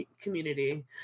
community